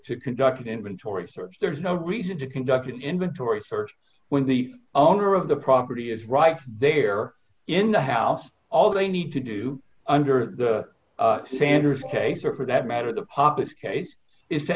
to conduct an inventory search there's no reason to conduct an inventory st when the owner of the property is right there in the house all they need to do under the sanders case or for that matter the papas case is to